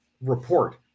report